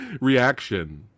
reaction